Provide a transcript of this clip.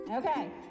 Okay